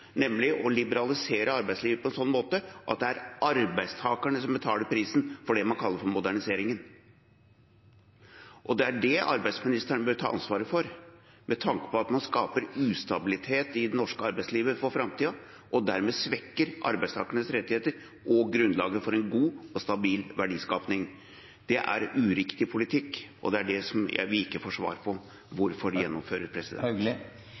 nemlig å liberalisere arbeidslivet på en sånn måte at det er arbeidstakerne som betaler prisen for det man kaller modernisering. Det er det arbeidsministeren bør ta ansvaret for, med tanke på at man skaper ustabilitet i det norske arbeidslivet for framtiden og dermed svekker arbeidstakernes rettigheter og grunnlaget for en god og stabil verdiskaping. Det er uriktig politikk, og vi får ikke svar på